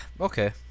okay